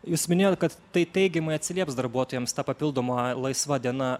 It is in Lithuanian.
jūs minėjot kad tai teigiamai atsilieps darbuotojams ta papildoma laisva diena